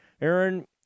Aaron